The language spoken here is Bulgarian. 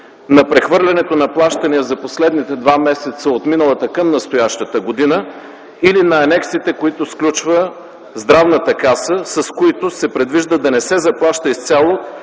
на прехвърлянето на плащания за последните два месеца от миналата към настоящата година или на анексите, които сключва Здравната каса, с които се предвижда да не се заплащат изцяло